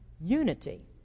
unity